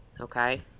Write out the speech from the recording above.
Okay